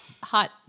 Hot